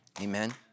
Amen